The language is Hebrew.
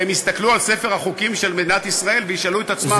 והם יסתכלו על ספר החוקים של מדינת ישראל וישאלו את עצמם איפה הם היו.